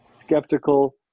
skeptical